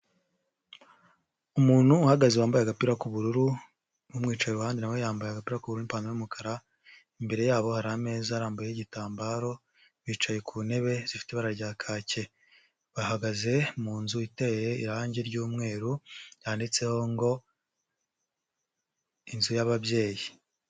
Umuntu uhagaze wambaye agapira k'ubururu n'umwica iruhani na we yambaye agapira k'ubururu n'ipantaro y'umukara. Imbere yabo hari ameza arambuyeho igitambaro, bicaye ku ntebe zifite ibara rya kacye; bahagaze mu nzu iteye irangi ry'umweru yanditseho ngo: "inzu y'ababyeyi".